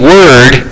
Word